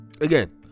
again